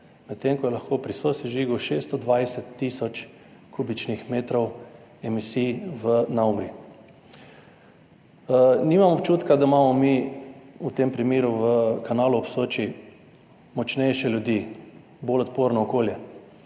medtem ko je lahko pri sosežigu 620 tisoč kubičnih metrov emisij na uro. Nimam občutka, da imamo mi v tem primeru v Kanalu ob Soči močnejše ljudi, bolj odporno okolje.